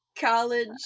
college